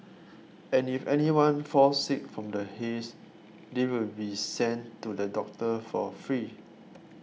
and if anyone falls sick from the haze they will be sent to the doctor for free